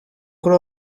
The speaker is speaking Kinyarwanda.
kuri